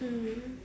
mm